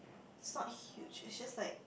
it's not huge it's just like